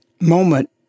moment